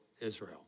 Israel